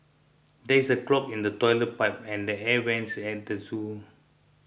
there is a clog in the Toilet Pipe and the Air Vents at the zoo